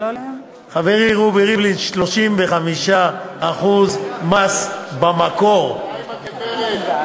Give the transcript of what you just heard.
חברי רובי ריבלין, 35% מס במקור, מה עם הגברת?